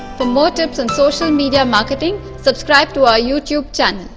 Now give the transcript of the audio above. for more tips on social media marketing subscribe to our youtube channel.